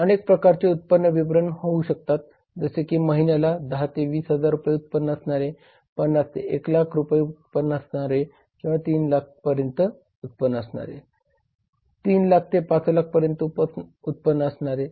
मग अनेक प्रकारचे उत्पन्न विवरण होऊ शकतात जसे की महिन्याला 10000 ते 20000 रुपये उत्पन्न असणारे 50000 ते 100000 किंवा 300000 पर्यंत उत्पन्न असणारे 300000 ते 500000 पर्यंत उत्पन्न असणारे